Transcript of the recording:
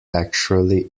actually